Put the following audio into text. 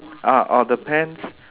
ah orh the pants